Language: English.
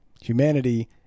Humanity